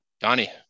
Donnie